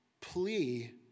plea